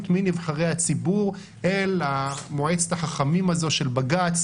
מנבחרי הציבור אל מועצת החכמים הזאת של בג"ץ,